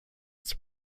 its